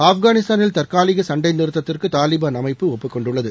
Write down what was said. ஆப்கானிஸ்தானில் தற்காலிக சண்டை நிறுத்தத்திற்கு தாலிபாள் அமைப்பு ஒப்புக்கொண்டுள்ளது